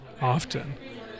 often